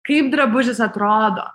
kaip drabužis atrodo